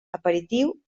aperitiu